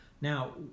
Now